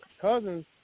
Cousins